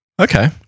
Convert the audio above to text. Okay